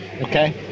Okay